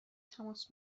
تماس